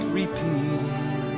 repeating